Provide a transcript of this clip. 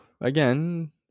again